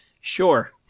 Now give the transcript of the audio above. Sure